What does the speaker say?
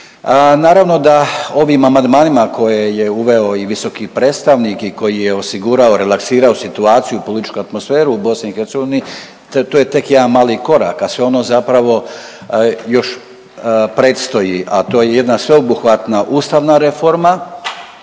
Naravno da ovim amandmanima koje je uveo i visoki predstavnik i koji je osigurao, relaksirao situaciju, političku atmosferu u BiH to je tek jedan mali korak, a sve ono zapravo još predstoji. A to je jedna sveobuhvatna ustavna reforma,